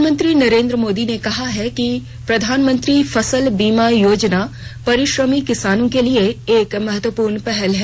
प्रधानमंत्री नरेंद्र मोदी ने कहा है कि प्रधानमंत्री फसल बीमा योजना परिश्रमी किसानों के लिए एक महत्वपूर्ण पहल है